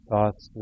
Thoughts